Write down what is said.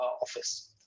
office